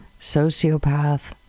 sociopath